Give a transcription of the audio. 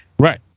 Right